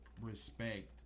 respect